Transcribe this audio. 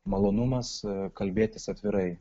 malonumas kalbėtis atvirai